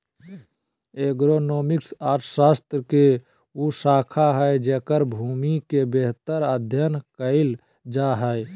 agronomics अर्थशास्त्र के उ शाखा हइ जेकर भूमि के बेहतर अध्यन कायल जा हइ